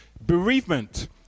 bereavement